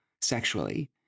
sexually